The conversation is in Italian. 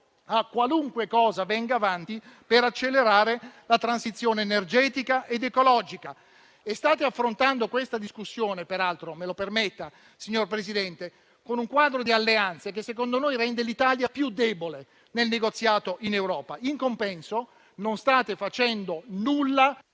a qualunque cosa venga avanti per accelerare la transizione energetica ed ecologica. Peraltro, state affrontando questa discussione - me lo permetta, signor Presidente - con un quadro di alleanze che secondo noi rende l'Italia più debole nel negoziato in Europa. In compenso, non state facendo nulla...